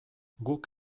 guk